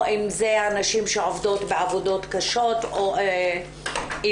או אם זה הנשים שעובדות בעבודות קשות או אם